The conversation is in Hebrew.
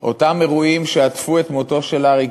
שאותם אירועים שעטפו את מותו של אריק